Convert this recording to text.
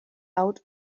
out